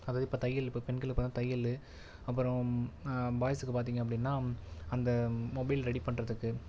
அதாவது இப்போ தையல் இப்போ பெண்களுக்கு பார்த்தா தையல் அப்புறம் பாய்ஸ்ஸுக்கு பார்த்தீங்க அப்படின்னா அந்த மொபைல் ரெடி பண்ணுறதுக்கு